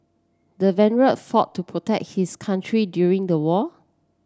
the veteran fought to protect his country during the war